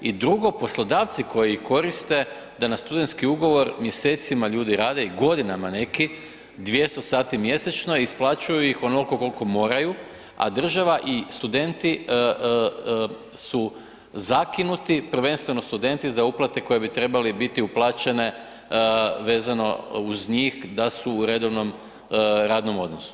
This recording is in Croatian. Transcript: I drugo, poslodavci koji koriste da na studentski ugovor mjesecima ljudi rade i godinama neki 200 sati mjesečno isplaćuju ih onoliko koliko moraju, a država i studenti su zakinuti prvenstveno studenti za uplate koje bi trebale biti uplaćene vezano uz njih da su u redovnom radnom odnosu.